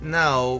now